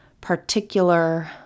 particular